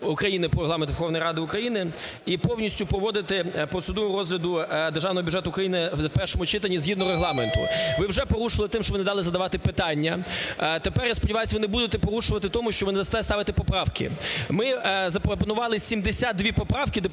України "Про Регламент Верховної Ради України" і повністю проводити процедуру розгляду Державного бюджету України в першому читанні, згідно Регламенту. Ви вже порушили тим, що ви не дали задавати питання, тепер, я сподіваюсь, не будете порушувати тому, що ви не дасте ставити поправки. Ми запропонували 72 поправки, депутати